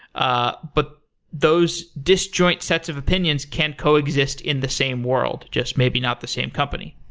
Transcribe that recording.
ah but those disjoint sets of opinions can coexist in the same world, just maybe not the same company.